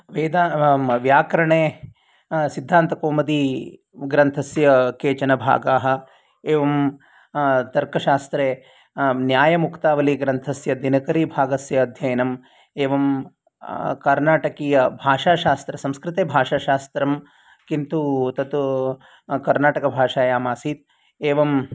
व्याकरणे सिद्धान्तकौमुदीग्रन्थस्य केचन भागाः एवं तर्कशास्त्रे न्यायमुक्तावलीग्रन्थस्य दिनकरीभागस्य अध्ययनम् एवं कर्णाटकीयभाषाशास्त्र संस्कृते भाषाशास्त्रं किन्तु तत् कर्णाटकभाषायाम् आसीत् एवं